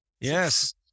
Yes